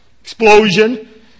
Explosion